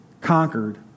conquered